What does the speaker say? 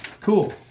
Cool